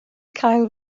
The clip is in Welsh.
cael